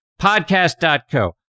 Podcast.co